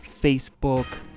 Facebook